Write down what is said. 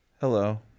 Hello